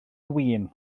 win